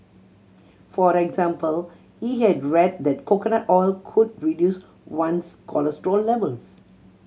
for example he had read that coconut oil could reduce one's cholesterol levels